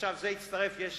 עכשיו זה הצטרף, יש